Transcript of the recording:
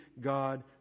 God